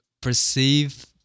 perceive